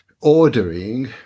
ordering